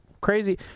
crazy